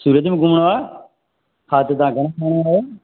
सूरत में घुमणो आ हा त तव्हां घणां ॼणा आयो